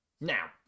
Now